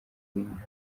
imihanda